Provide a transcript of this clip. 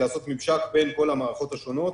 לעשות ממשק בין כל המערכות השונות,